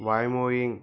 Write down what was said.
wyoming